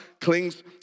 clings